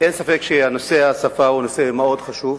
אין ספק שנושא השפה הוא נושא מאוד חשוב,